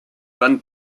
van